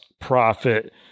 profit